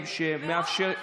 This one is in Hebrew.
אני כרגע לא מאשר.